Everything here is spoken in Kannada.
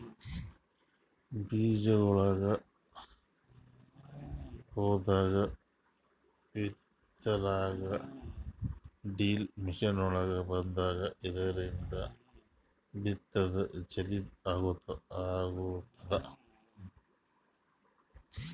ಬೀಜಾಗೋಳ್ ಹೊಲ್ದಾಗ್ ಬಿತ್ತಲಾಕ್ ಡ್ರಿಲ್ ಮಷಿನ್ಗೊಳ್ ಬಂದಾವ್, ಇದ್ರಿಂದ್ ಬಿತ್ತದ್ ಜಲ್ದಿ ಆಗ್ತದ